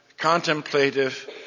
Contemplative